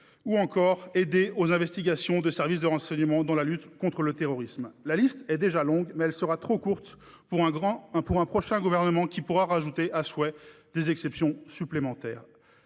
ou encore pour aider aux investigations des services de renseignement dans la lutte contre le terrorisme. La liste est déjà longue, mais elle sera trop courte pour un prochain gouvernement qui pourra introduire à souhait des exceptions supplémentaires.